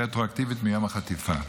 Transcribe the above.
רטרואקטיבית מיום החטיפה.